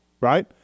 right